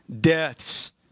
deaths